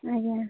ଆଜ୍ଞା